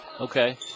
Okay